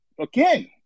again